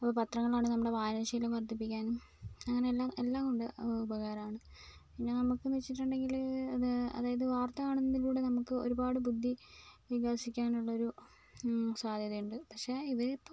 അപ്പോൾ പത്രങ്ങളാണ് നമ്മുടെ വായനാശീലം വർധിപ്പിക്കാനും അങ്ങനെ എല്ലാ എല്ലാം കൊണ്ടും ഉപകാരമാണ് പിന്നെ നമുക്കെന്ന് വെച്ചിട്ടുണ്ടെങ്കിൽ അപ്പം അതായത് വാർത്ത കാണുന്നതിലൂടെ നമുക്ക് ഒരുപാട് ബുദ്ധി വികസിക്കാനുള്ളൊരു സാധ്യതയുണ്ട് പക്ഷേ ഇവയിപ്പോൾ